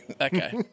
Okay